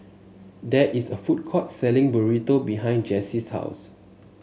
there is a food court selling Burrito behind Jessee's house